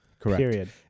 Correct